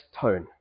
tone